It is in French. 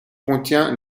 contient